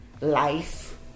life